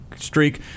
streak